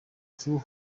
true